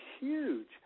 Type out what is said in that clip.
huge